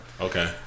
okay